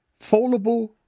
foldable